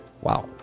Wow